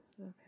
Okay